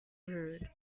rude